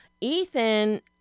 Ethan